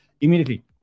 immediately